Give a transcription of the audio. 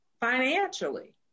financially